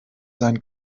sein